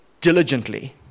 diligently